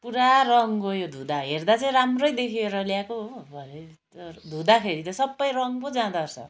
पुरा रङ गयो धुँदा हेर्दा चाहिँ राम्रै देखेर ल्याएको हो भरे त धुँदाखेरि त सबै रङ पो जाँदोरहेछ